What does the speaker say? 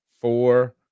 four